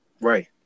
Right